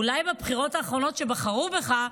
אולי בבחירות האחרונות שבהן בחרו בך,